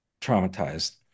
traumatized